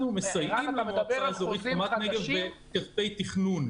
אנחנו מסייעים למועצה האזורית רמת נגב בכספי תכנון.